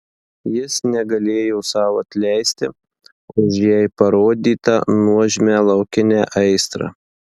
jis negalėjo sau atleisti už jai parodytą nuožmią laukinę aistrą